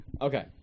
Okay